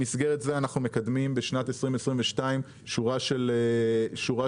במסגרת זה אנחנו מקדמים בשנת 2022 שורה של פרויקטים,